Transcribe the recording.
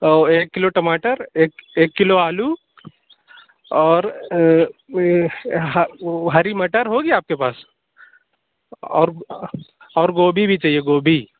اور ایک کلو ٹماٹر ایک ایک کلو آلو اور ہری مٹر ہوگی آپ کے پاس اور اور گوبھی بھی چاہیے گوبھی